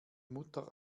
mutter